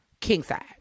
Kingside